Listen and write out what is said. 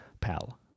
Pal